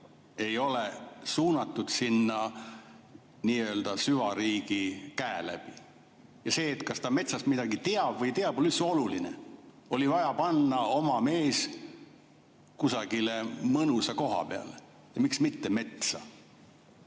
ei ole suunatud sinna nii-öelda süvariigi käe läbi? Ja see, kas ta metsast midagi teab või tea, pole üldse oluline. Oli vaja panna oma mees kusagile mõnusa koha peale ja miks mitte metsa.